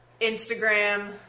Instagram